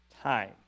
time